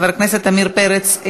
חבר הכנסת עמיר פרץ,